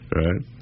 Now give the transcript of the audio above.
right